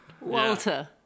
Walter